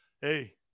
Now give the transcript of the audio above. Hey